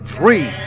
Three